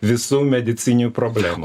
visų medicininių problemų